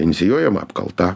inicijuojama apkalta